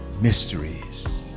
Mysteries